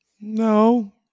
No